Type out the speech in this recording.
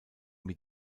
mit